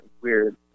weird